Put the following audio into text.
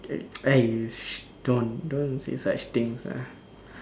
eh don't don't say such things lah